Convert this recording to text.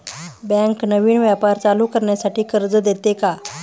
Bank नवीन व्यापार चालू करण्यासाठी कर्ज देते का?